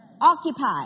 Occupy